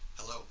hello